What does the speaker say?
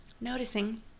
noticing